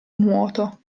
nuoto